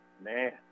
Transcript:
Man